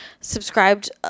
subscribed